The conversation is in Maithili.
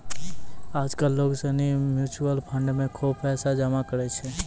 आज कल लोग सनी म्यूचुअल फंड मे खुब पैसा जमा करै छै